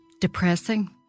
depressing